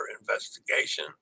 investigation